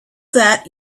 that